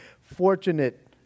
fortunate